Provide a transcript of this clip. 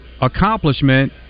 accomplishment